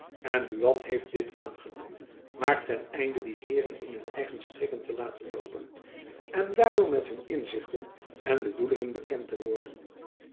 en buat heeft dit aangenomen maar ten einde die heeren in hun eigen strikken te laten loopen en daardoor met hun inzichten en bedoelingen bekend te worden